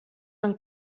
han